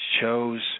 shows